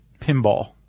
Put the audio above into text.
pinball